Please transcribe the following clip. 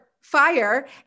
fire